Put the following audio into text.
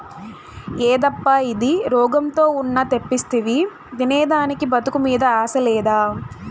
యేదప్పా ఇది, రోగంతో ఉన్న తెప్పిస్తివి తినేదానికి బతుకు మీద ఆశ లేదా